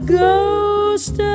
ghost